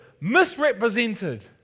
misrepresented